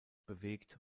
bewegt